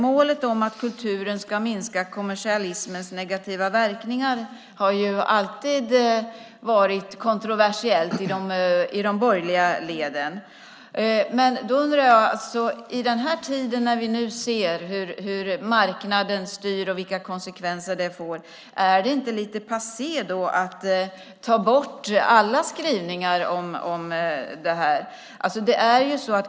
Målet om att kulturen ska minska kommersialismens negativa verkningar har alltid varit kontroversiellt i de borgerliga leden. I den här tiden när vi ser hur marknaden styr och vilka konsekvenser det får, är det inte lite passé att ta bort alla skrivningar?